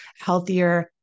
healthier